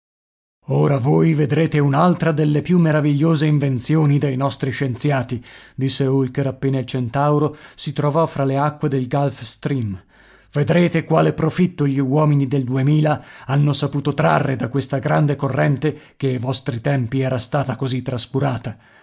ora voi vedrete un'altra delle più meravigliose invenzioni dei nostri scienziati disse holker appena il centauro si trovò fra le acque del gulf stream vedrete quale profitto gli uomini del duemila hanno saputo trarre da questa grande corrente che ai vostri tempi era stata così trascurata